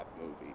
movie